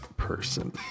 person